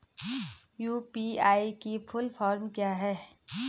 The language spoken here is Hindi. यु.पी.आई की फुल फॉर्म क्या है?